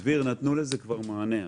דביר, נתנו לזה כבר מענה.